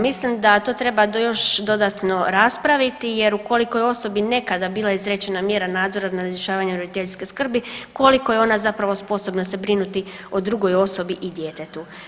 Mislim da to treba još dodatno raspraviti jer ukoliko je osobi nekada bila izrečena mjera nadzora nad izvršavanjem roditeljske skrbi koliko je ona zapravo sposobna se brinuti o drugoj osobi i djetetu.